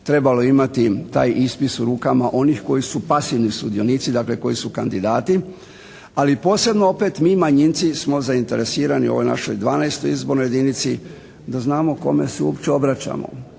trebali imati taj ispis u rukama onih koji su pasivni sudionici, dakle koji su kandidati. Ali i posebno mi manjinci smo zainteresirani u ovoj našoj 12. izbornoj jedinici da znamo kome se uopće obraćamo.